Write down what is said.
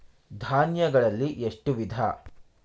ಧಾನ್ಯಗಳಲ್ಲಿ ಎಷ್ಟು ವಿಧ?